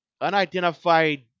Unidentified